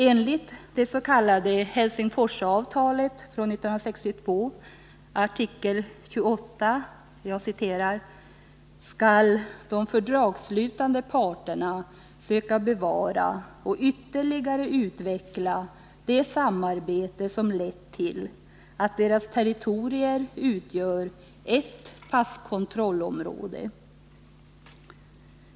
Enligt det s.k. Helsingforsavtalet från 1962, artikel 28, ”skall de fördragsslutande parterna söka bevara och ytterligare utveckla det samar bete som lett till att deras territorier utgör ett passkontrollområde”.